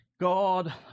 God